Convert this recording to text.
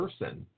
person